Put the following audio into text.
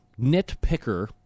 nitpicker